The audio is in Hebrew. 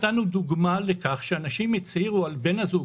נתנו דוגמה לכך שאנשים הצהירו על בו הזוג,